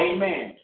Amen